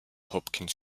hopkins